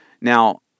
Now